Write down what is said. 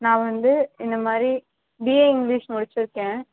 நான் வந்து இந்த மாதிரி பிஏ இங்கிலிஷ் முடிச்சுருக்கேன்